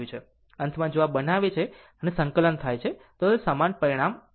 અંતમાં જો આ બનાવે છે અને સંકલન થાય છે તો સમાન પરિણામ મળશે